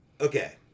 okay